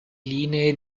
linee